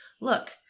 Look